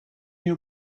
you